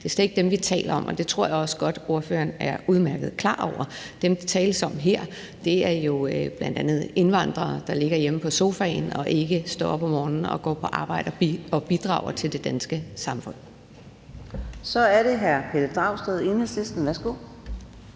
Det er slet ikke dem, vi taler om, og det tror jeg også godt at ordføreren udmærket er klar over. Dem, der tales om her, er bl.a. indvandrere, der ligger hjemme på sofaen og ikke står op om morgenen og går på arbejde og bidrager til det danske samfund. Kl. 14:37 Anden næstformand (Karina